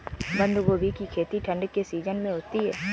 बंद गोभी की खेती ठंड के सीजन में होती है